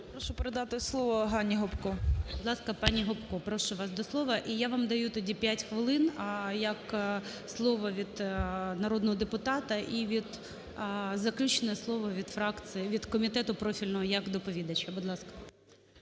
Прошу передати слово Ганні Гопко. ГОЛОВУЮЧИЙ. Будь ласка, пані Гопко. Прошу вас до слова. І я вам даю тоді 5 хвилин, як слово від народного депутата і від… заключне слово від фракції… від комітету профільного як доповідача. Будь ласка.